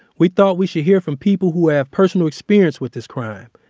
we thought we should hear from people who have personal experience with this crime,